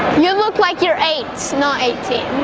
you look like you're eight, not eighteen.